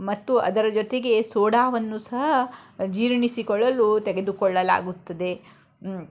ಮತ್ತು ಅದರ ಜೊತೆಗೆ ಸೋಡಾವನ್ನೂ ಸಹ ಜೀರ್ಣಿಸಿಕೊಳ್ಳಲು ತೆಗೆದುಕೊಳ್ಳಲಾಗುತ್ತದೆ